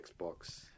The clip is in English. Xbox